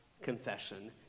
Confession